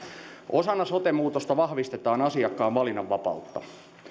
osana sote muutosta vahvistetaan asiakkaan valinnanvapautta